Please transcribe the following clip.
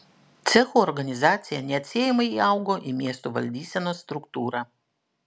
cechų organizacija neatsiejamai įaugo į miestų valdysenos struktūrą